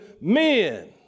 men